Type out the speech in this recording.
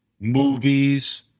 movies